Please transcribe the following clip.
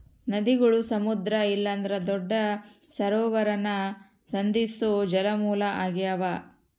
ನದಿಗುಳು ಸಮುದ್ರ ಇಲ್ಲಂದ್ರ ದೊಡ್ಡ ಸರೋವರಾನ ಸಂಧಿಸೋ ಜಲಮೂಲ ಆಗ್ಯಾವ